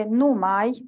numai